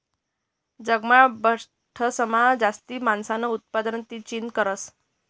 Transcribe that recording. जगमा बठासमा जास्ती मासासनं उतपादन चीन करस